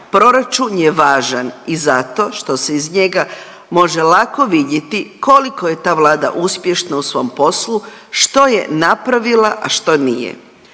Proračun je važan i zato što se iz njega može lako vidjeti koliko je ta Vlada uspješna u svom poslu, što je napravila, a što nije.